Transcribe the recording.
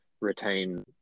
retain